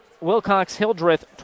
Wilcox-Hildreth